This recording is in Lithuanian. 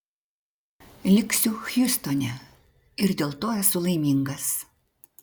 liksiu hjustone ir dėl to esu laimingas